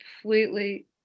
completely